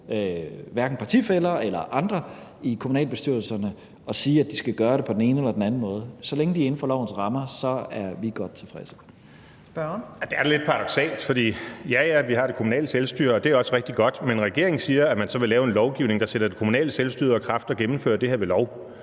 hverken partifæller eller andre, i kommunalbestyrelserne og sige, at de skal gøre det på den ene eller den anden måde. Så længe de er inden for lovens rammer, er vi godt tilfredse. Kl. 15:58 Tredje næstformand (Trine Torp): Spørgeren. Kl. 15:58 Morten Messerschmidt (DF): Det er da lidt paradoksalt, for ja, ja, vi har det kommunale selvstyre, og det er også rigtig godt. Men regeringen siger, at man så vil lave en lovgivning, der sætter det kommunale selvstyre ud af kraft, og altså gennemføre det her ved lov.